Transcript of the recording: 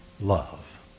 love